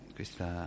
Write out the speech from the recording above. questa